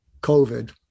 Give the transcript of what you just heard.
COVID